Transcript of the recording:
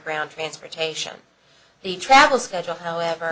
ground transportation the travel schedule however